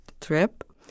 trip